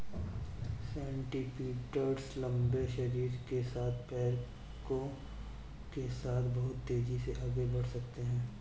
centipedes लंबे शरीर के साथ पैरों के साथ बहुत तेज़ी से आगे बढ़ सकते हैं